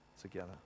together